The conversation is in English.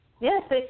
Yes